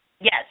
Yes